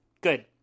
Good